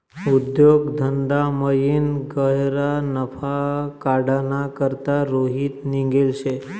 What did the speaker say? उद्योग धंदामयीन गह्यरा नफा काढाना करता रोहित निंघेल शे